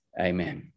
Amen